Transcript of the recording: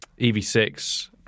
EV6